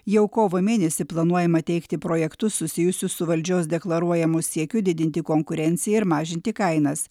jau kovo mėnesį planuojama teikti projektus susijusius su valdžios deklaruojamu siekiu didinti konkurenciją ir mažinti kainas